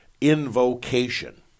invocation